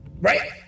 Right